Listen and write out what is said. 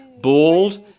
bald